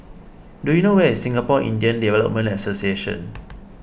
do you know where is Singapore Indian Development Association